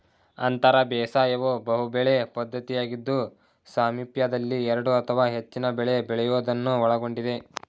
ಅಂತರ ಬೇಸಾಯವು ಬಹುಬೆಳೆ ಪದ್ಧತಿಯಾಗಿದ್ದು ಸಾಮೀಪ್ಯದಲ್ಲಿ ಎರಡು ಅಥವಾ ಹೆಚ್ಚಿನ ಬೆಳೆ ಬೆಳೆಯೋದನ್ನು ಒಳಗೊಂಡಿದೆ